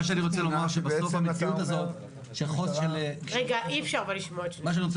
בעצם אתה אומר שהמשטרה --- מה שאני רוצה